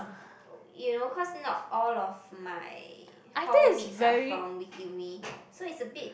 you know cause not all of my hall mates are from wee kim wee so it's a bit